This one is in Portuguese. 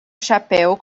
chapéu